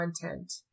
content